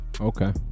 okay